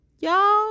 y'all